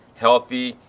healthy,